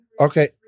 Okay